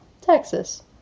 Texas